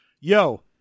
yo